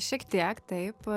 šiek tiek taip